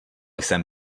jsem